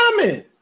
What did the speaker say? comment